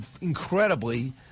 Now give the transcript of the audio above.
incredibly